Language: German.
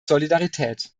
solidarität